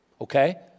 Okay